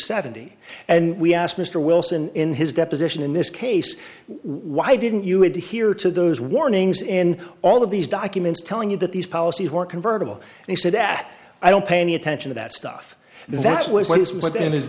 seventy and we asked mr wilson in his deposition in this case why didn't you adhere to those warnings in all of these documents telling you that these policies were convertible and he said that i don't pay any attention to that stuff that's what is